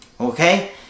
Okay